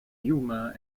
yuma